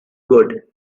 good